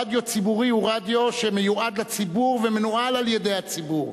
רדיו ציבורי הוא רדיו שמיועד לציבור ומנוהל על-ידי הציבור.